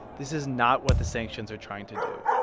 this is not what the sanctions are trying to do.